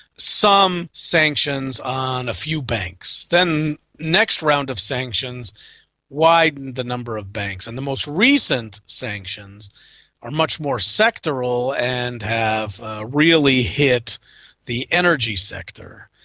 some sanctions on a few banks. then the next round of sanctions widened the number of banks, and the most recent sanctions are much more sectoral and have really hit the energy sector.